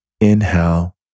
Inhale